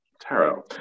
tarot